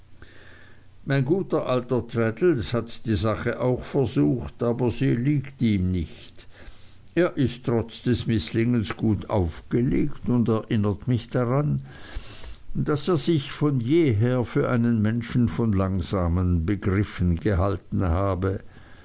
mein guter alter traddles hat die sache auch versucht aber sie liegt ihm nicht er ist trotz des mißlingens gut aufgelegt und erinnert mich daran daß er sich von jeher für einen menschen von langsamen begriffen gehalten habe